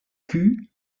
cul